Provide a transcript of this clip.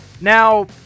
Now